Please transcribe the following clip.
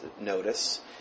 notice